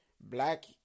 Black